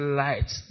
light